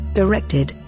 directed